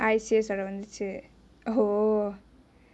I_C_S ஓட வந்துச்சு:ode vanthucchu oh oo